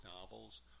novels